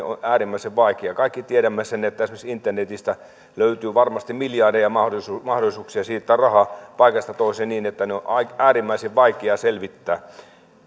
on äärimmäisen vaikeaa me kaikki tiedämme sen että esimerkiksi internetistä löytyy varmasti miljardeja mahdollisuuksia mahdollisuuksia siirtää rahaa paikasta toiseen niin että sitä on äärimmäisen vaikeaa selvittää